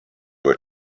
were